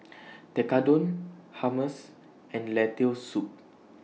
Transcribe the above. Tekkadon Hummus and Lentil Soup